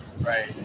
Right